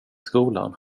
skolan